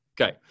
Okay